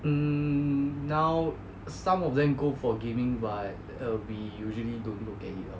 hmm now some of them go for gaming but err we usually don't look at it lor